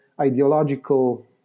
ideological